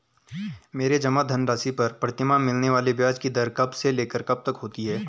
मेरे जमा धन राशि पर प्रतिमाह मिलने वाले ब्याज की दर कब से लेकर कब तक होती है?